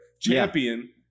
champion